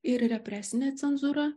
ir represinė cenzūra